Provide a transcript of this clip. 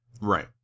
Right